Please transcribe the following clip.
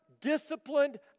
disciplined